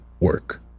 work